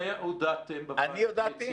אתם הודעתם --- אני הודעתי?